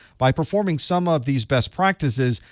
by performing some of these best practices,